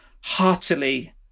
heartily